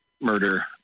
murder